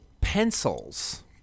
pencils